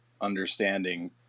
understanding